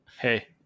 Hey